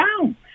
down